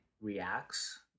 reacts